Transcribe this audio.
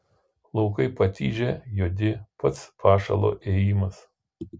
laukai patižę juodi pats pašalo ėjimas